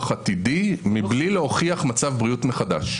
עתידי מבלי להוכיח מצב בריאות מחדש,